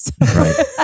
Right